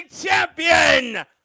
champion